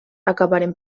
acabaren